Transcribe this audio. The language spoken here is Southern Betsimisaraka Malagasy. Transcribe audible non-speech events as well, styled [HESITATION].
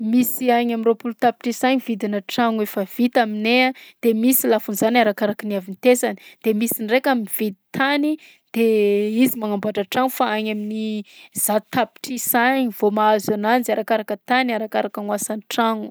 Misy agny amin'ny roapolo tapitrisa agny vidinà tragno efa vita aminay a, de misy lafon'zany de arakaraky ny havintesany de misy ndraika mividy tany de [HESITATION] izy magnamboatra tragno fa agny amin'ny zato tapitrisa agny vao mahazo ananjy arakaraka tany, arakaraka moasan-tragno.